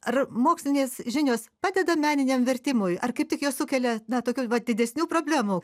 ar mokslinės žinios padeda meniniam vertimui ar kaip tik jos sukelia na tokių didesnių problemų